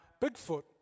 Bigfoot